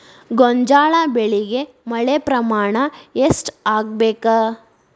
ಗೋಂಜಾಳ ಬೆಳಿಗೆ ಮಳೆ ಪ್ರಮಾಣ ಎಷ್ಟ್ ಆಗ್ಬೇಕ?